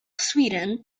sweden